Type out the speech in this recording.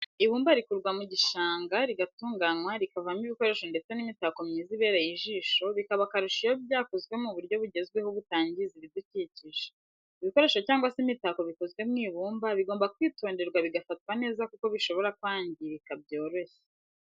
Ibumba rikurwa mu gishanga riratunganywa rikavamo ibikoresho ndetse n'imitako myiza ibereye ijisho bikaba akarusho iyo byakozwe mu buryo bugezweho butangiza ibidukikije. ibikoresho cyangwa se imitako bikozwe mu ibumba bigomba kwitonderwa bigafatwa neza kuko bishobora kwangirika byoroshye.